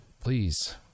please